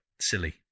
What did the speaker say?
silly